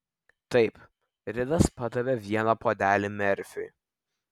taip ridas padavė vieną puodelį merfiui